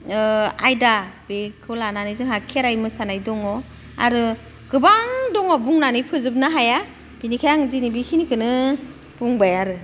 आयदा बेखो लानानै जोंहा खेराइ मोसानाय दङ आरो गोबां दङ बुंनानै फोजोबनो हाया बिनिखाय आं दिनै बेखिनिखोनो बुंबाय आरो